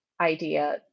idea